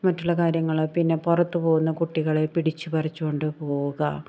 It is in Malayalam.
മറ്റുള്ള കാര്യങ്ങൾ പിന്നെ പുറത്ത് പോവുന്ന കുട്ടികളെ പിടിച്ച് പറിച്ചു കൊണ്ട് പോവുക